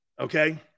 Okay